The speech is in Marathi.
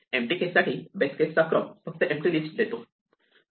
एम्पटी केससाठी बेस केसचा क्रम फक्त एम्पटी लिस्ट देतो